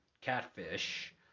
catfish